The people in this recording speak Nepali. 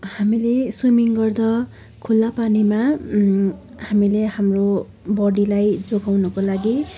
हामीले स्विमिङ गर्दा खुला पानीमा हामीले हाम्रो बोडीलाई जोगाउनुको लागि